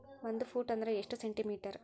ಒಂದು ಫೂಟ್ ಅಂದ್ರ ಎಷ್ಟು ಸೆಂಟಿ ಮೇಟರ್?